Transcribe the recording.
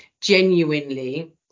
genuinely